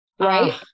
right